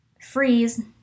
freeze